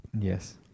yes